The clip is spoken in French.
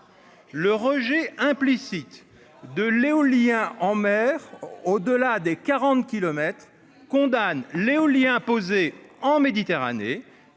le rejet implicite de l'éolien en mer au-delà des 40 kilomètres condamne l'éolien imposé en Méditerranée,